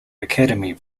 academy